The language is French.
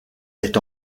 est